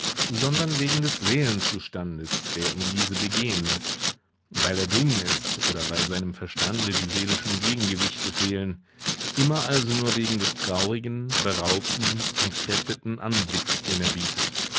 sondern wegen des seelenzustandes der ihn diese begehen läßt weil er dumm ist oder weil seinem verstande die seelischen gegengewichte fehlen immer also nur wegen des traurigen beraubten entkräfteten anblicks den er bietet